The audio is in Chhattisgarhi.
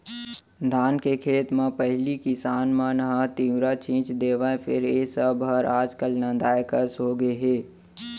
धान के खेत म पहिली किसान मन ह तिंवरा छींच देवय फेर ए सब हर आज काल नंदाए कस होगे हे